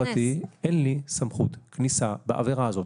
אין לי סמכות כניסה לבית פרטי בעבירה הזאת.